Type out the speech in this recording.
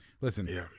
listen